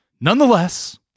Nonetheless